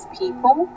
people